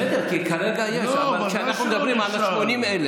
בסדר, כי כרגע יש, אבל כשאנחנו מדברים על 80,000,